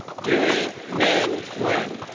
duy minh nguyen.